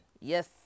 Yes